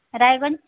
ᱨᱟᱭᱜᱚᱧᱡ